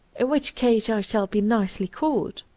in which case i shall be nicely caught!